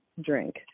drink